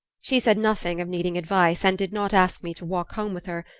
she said nothing of needing advice and did not ask me to walk home with her,